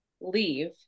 leave